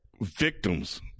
victims